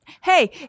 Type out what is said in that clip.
Hey